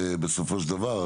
בסופו של דבר,